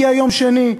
הגיע יום שני,